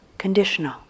conditional